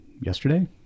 yesterday